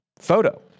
photo